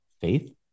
faith